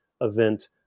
event